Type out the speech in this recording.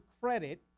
credit